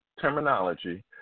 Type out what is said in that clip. terminology